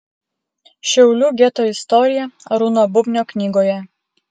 šiaulių geto istorija arūno bubnio knygoje